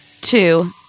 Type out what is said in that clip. Two